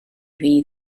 rhy